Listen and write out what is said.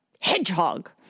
hedgehog